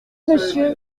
monsieur